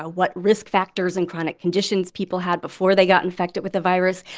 ah what risk factors and chronic conditions people had before they got infected with the virus.